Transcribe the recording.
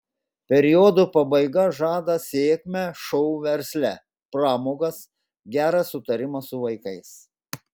periodo pabaiga žada sėkmę šou versle pramogas gerą sutarimą su vaikais